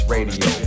Radio